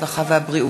הרווחה והבריאות.